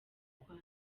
kwa